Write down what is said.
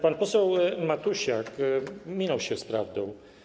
Pan poseł Matusiak minął się z prawdą.